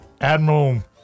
Admiral